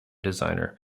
designer